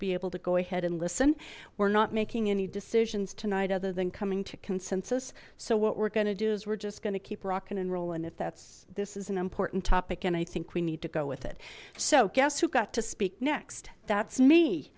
be able to go ahead and listen we're not making any decisions tonight other than coming to consensus so what we're going to do is we're just going to keep rocking and rolling if that's this is an important topic and i think we need to go with it so guess who got to speak next that's me